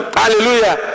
hallelujah